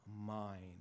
mind